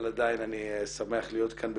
אבל עדיין אני שמח להיות כאן.